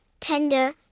tender